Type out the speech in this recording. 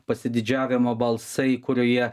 pasididžiavimo balsai kurioje